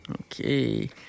Okay